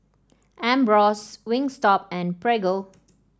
Ambros Wingstop and Prego